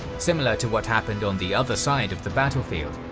similar to what happened on the other side of the battlefield,